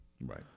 right